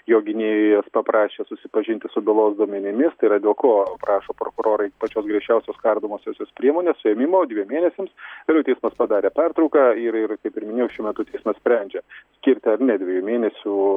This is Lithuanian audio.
jo gynėjas paprašė susipažinti su bylos duomenimis tai yra dėl ko prašo prokurorai pačios griežčiausios kardomosios priemonės suėmimo dviem mėnesiams vėliau teismas padarė pertrauką ir ir kaip ir minėjau šiuo metu teismas sprendžia skirti ar ne dviejų mėnesių